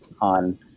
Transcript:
on